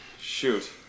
Shoot